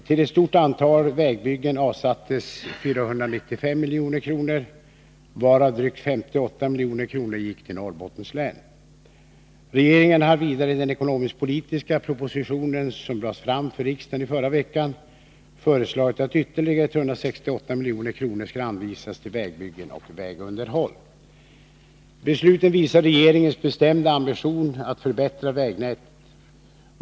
Till ett stort antal vägbyggen avsattes 495 milj.kr., varav drygt 58 milj.kr. gick till Norrbottens län. Regeringen har vidare i den ekonomisk-politiska propositionen, som lades fram för riksdagen i förra veckan, föreslagit att ytterligare 368 milj.kr. skall anvisas till vägbyggen och vägunderhåll. Besluten visar regeringens bestämda ambition att förbättra vägnätet.